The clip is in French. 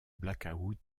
blackout